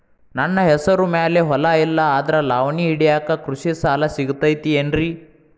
ನನ್ನ ಹೆಸರು ಮ್ಯಾಲೆ ಹೊಲಾ ಇಲ್ಲ ಆದ್ರ ಲಾವಣಿ ಹಿಡಿಯಾಕ್ ಕೃಷಿ ಸಾಲಾ ಸಿಗತೈತಿ ಏನ್ರಿ?